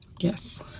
Yes